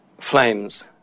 flames